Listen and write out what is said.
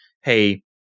hey